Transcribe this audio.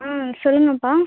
ம் சொல்லுங்கப்பா